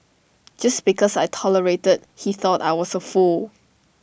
just because I tolerated he thought I was A fool